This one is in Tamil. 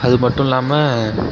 அது மட்டும் இல்லாமல்